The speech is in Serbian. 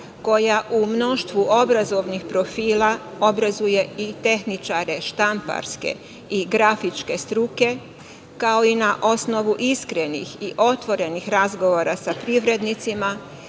koja u mnoštvu obrazovnih profila obrazuje i tehničare štamparske i grafičke struke, kao i na osnovu iskrenih i otvorenih razgovora sa privrednicima